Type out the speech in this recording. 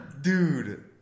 Dude